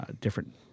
different